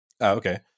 Okay